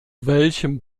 welchem